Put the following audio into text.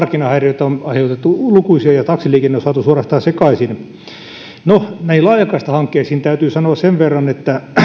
markkinahäiriöitä on aiheutettu lukuisia ja taksiliikenne on saatu suorastaan sekaisin näihin laajakaistahankkeisiin täytyy sanoa sen verran että